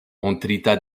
montrita